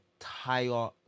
entire